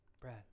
Brad